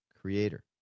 Creator